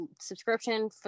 subscription